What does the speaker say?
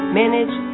manage